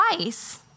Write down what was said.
twice